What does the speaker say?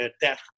death